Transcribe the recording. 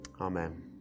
Amen